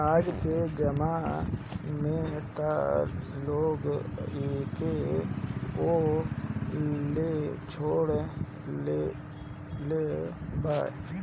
आजके जमाना में त लोग एके बोअ लेछोड़ देले बा